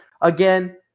Again